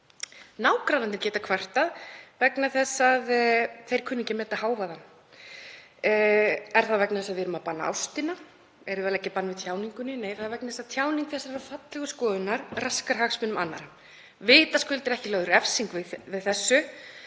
Nágrannarnir geta kvartað vegna þess að þeir kunna ekki að meta hávaðann. Er það vegna þess að við séum að banna ástina, að leggja bann við tjáningunni? Nei, þetta er gert vegna þess að tjáning þessarar fallegu skoðunar raskar hagsmunum annarra. Vitaskuld er ekki lögð refsing við þessu